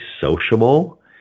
sociable